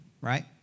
Right